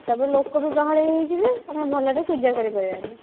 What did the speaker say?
ସବୁ ଲୋକ ବି ଗହଳି ହୋଇଯିବେ ଆମେ ଭଲରେ ପୂଜା କରିପାରିବାନି